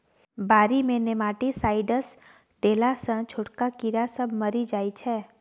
बारी मे नेमाटीसाइडस देला सँ छोटका कीड़ा सब मरि जाइ छै